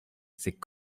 c’est